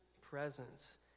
presence